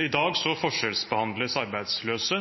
I dag forskjellsbehandles arbeidsløse.